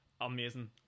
amazing